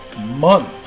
month